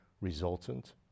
resultant